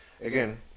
Again